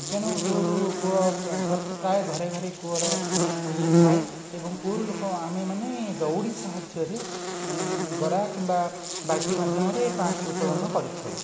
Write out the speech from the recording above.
ତେଣୁ କୂଅରୁ କୂଅ ପ୍ରାୟ ଘରେ ଘରେ କୂଅର ଇଏ ଥାଏ ଏବଂ କୂଅରୁ ଲୋକ ଆମେ ମାନେ ଦୌଡ଼ି ସାହାଯ୍ୟରେ ଗରା କିମ୍ବା ବାଲ୍ଟି ମାଧ୍ୟମରେ ପାଣି ଉତ୍ତଳୋନ କରିଥାଉ